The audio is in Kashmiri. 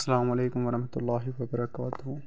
السلامُ علیکُم وَرحمتہ اللہ وَبَرَکاتُہ